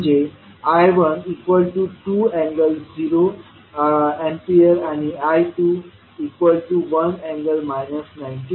म्हणून I12∠0°A आणि I21∠ 90°Aआहे